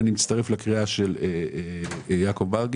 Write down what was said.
אני מצטרף לקריאה של יעקב מרגי.